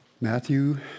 Matthew